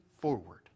forward